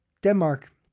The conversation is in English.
Denmark